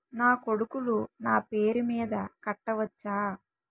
నా కొడుకులు నా పేరి మీద కట్ట వచ్చా?